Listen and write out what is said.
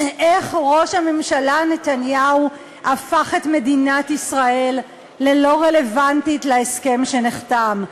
איך ראש הממשלה נתניהו הפך את מדינת ישראל ללא-רלוונטית להסכם שנחתם,